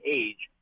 age